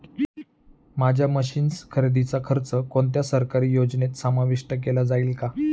माझ्या मशीन्स खरेदीचा खर्च कोणत्या सरकारी योजनेत समाविष्ट केला जाईल का?